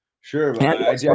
Sure